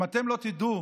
אם אתם לא תדעו